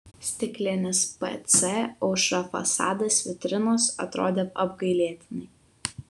stiklinis pc aušra fasadas vitrinos atrodė apgailėtinai